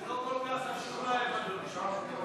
זה לא כל כך חשוב להם, אדוני היושב-ראש.